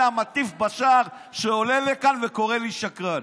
המטיף בשער שעולה לכאן וקורא לי שקרן.